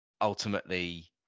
ultimately